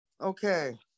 okay